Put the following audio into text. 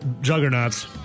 juggernauts